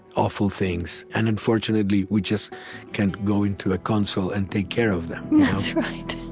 awful things. and and fortunately, we just can go into a console and take care of them that's right.